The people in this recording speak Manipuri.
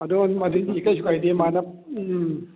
ꯑꯗꯨꯝ ꯑꯗꯨꯏꯗꯤ ꯀꯩꯁꯨ ꯀꯥꯏꯗꯦ ꯃꯥꯅ ꯎꯝ